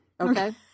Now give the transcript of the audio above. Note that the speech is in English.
okay